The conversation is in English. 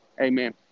amen